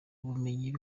ubumenyi